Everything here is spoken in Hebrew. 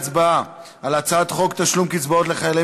להצבעה על הצעת חוק תשלום קצבאות לחיילי